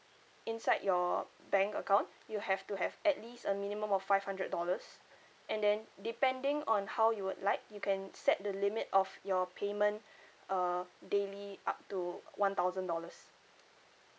inside your bank account you have to have at least a minimum of five hundred dollars and then depending on how you would like you can set the limit of your payment uh daily up to one thousand dollars